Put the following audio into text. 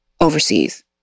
overseas